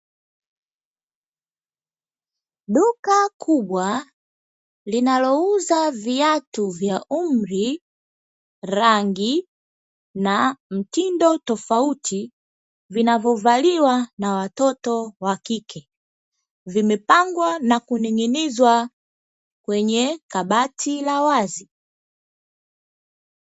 Duka kubwa linalouza viatu vya umri, rangi na mtindo tofauti vinavyovaliwa na watoto wa kike, vimepangwa na kuning'inizwa kwenye kabati la wazi.